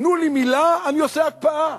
תנו לי מלה, אני עושה הקפאה.